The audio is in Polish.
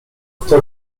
kto